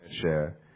share